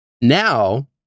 Now